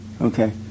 Okay